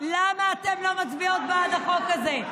למה אתן לא מצביעות בעד החוק הזה?